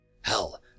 Hell